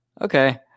Okay